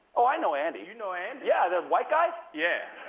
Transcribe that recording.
oh, i know andy. you know andy? yeah, the white guy? yeah.